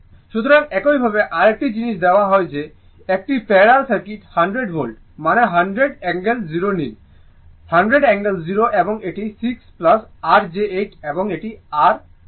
সুতরাং একইভাবে আরেকটি জিনিস দেওয়া হয় যে একটি প্যারালাল সার্কিট 100 ভোল্ট মানে 100 অ্যাঙ্গেল 0 নিন 100 অ্যাঙ্গেল 0 এবং এটি 6 r j 8 এবং এটি আর 4 j j 3